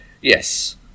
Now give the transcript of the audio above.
Yes